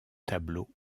tableau